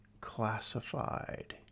Classified